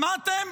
שמעתם?